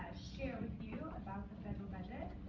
you about the federal budget.